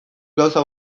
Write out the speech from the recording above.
gauza